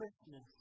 Christmas